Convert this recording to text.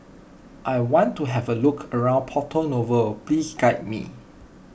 I want to have a look around Porto Novo please guide me